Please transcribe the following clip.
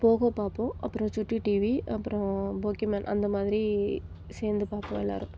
போகோ பார்ப்போம் அப்புறம் சுட்டி டிவி அப்புறம் போக்கிமேன் அந்தமாதிரி சேர்ந்து பார்ப்போம் எல்லாரும்